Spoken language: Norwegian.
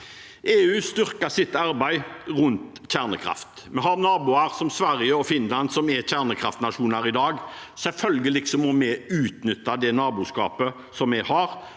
EU styrker sitt arbeid rundt kjernekraft. Vi har naboer som Sverige og Finland, som er kjernekraftnasjoner i dag. Selvfølgelig må vi utnytte det naboskapet vi har,